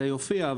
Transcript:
זה יופיע,